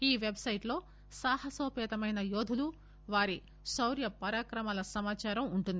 ఈ పెట్సైట్లో సాహనోపేతమైన యోధులు వారి శౌర్య పరాక్రమాల సమాచారం ఉంటుంది